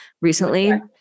recently